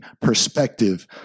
perspective